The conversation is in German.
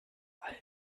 all